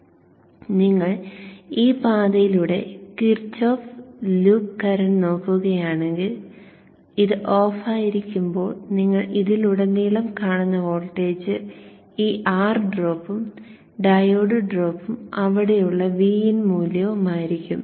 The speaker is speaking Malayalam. അതിനാൽ നിങ്ങൾ ഈ പാതയിലൂടെ കിർച്ചോഫ്സ് ലൂപ്പ്കറന്റ് നോക്കുകയാണെങ്കിൽ ഇത് ഓഫായിരിക്കുമ്പോൾ നിങ്ങൾ ഇതിലുടനീളം കാണുന്ന വോൾട്ടേജ് ഈ R ഡ്രോപ്പും ഡയോഡ് ഡ്രോപ്പും അവിടെയുള്ള Vin മൂല്യവും ആയിരിക്കും